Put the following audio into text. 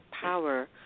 power